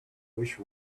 wish